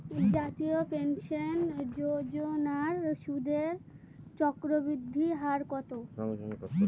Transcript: জাতীয় পেনশন যোজনার সুদের চক্রবৃদ্ধি হার কত?